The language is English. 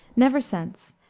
never since,